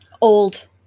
old